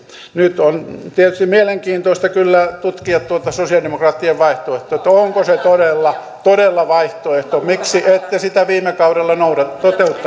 nyt on tietysti mielenkiintoista kyllä tutkia tuota sosialidemokraattien vaihtoehtoa että onko se todella vaihtoehto miksi ette sitä viime kaudella